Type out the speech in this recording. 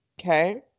okay